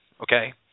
okay